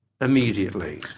immediately